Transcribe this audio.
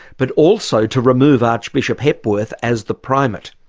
but also to remove archbishop hepworth as the primate.